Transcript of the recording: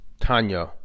Tanya